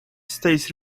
states